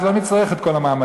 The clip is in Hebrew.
אז לא נצטרך את כל המאמצים.